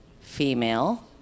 female